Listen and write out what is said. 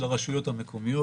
הפקחים של הרשויות המקומיות.